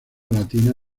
latina